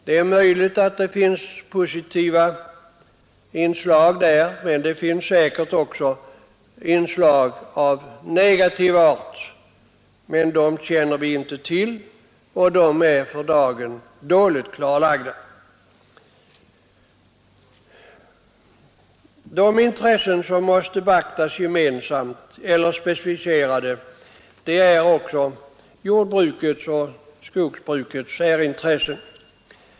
Det är möjligt att den har positiva inslag, men där finns säkert också inslag av negativ art. Dem känner vi inte till; de är för dagen dåligt klarlagda. De intressen som måste beaktas gemensamt eller specificerade är t.ex. jordbrukets och skogsbrukets särintressen.